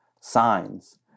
signs